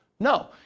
No